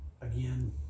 again